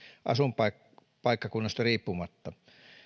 asuinpaikkakunnasta riippumatta